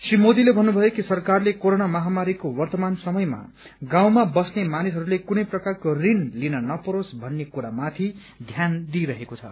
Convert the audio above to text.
श्री मोदीले भन्नुभयो कि सरकारले क्रोरोना महामारीको वर्तमान समयमा गाउँमा बस्ने मानिसहरूले कुनै प्रकारको ऋण लिन नपरोसा भत्रे कुरामाथि ध्यान दिइरहेको छ